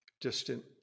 distant